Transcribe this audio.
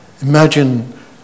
Imagine